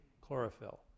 chlorophyll